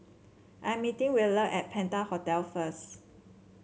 I'm meeting Wheeler at Penta Hotel first